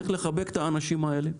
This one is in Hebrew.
צריך לחבק את האנשים האלה,